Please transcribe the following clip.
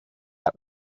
out